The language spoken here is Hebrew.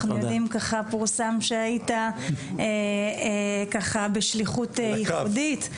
פורסם שהיית בשליחות ייחודית.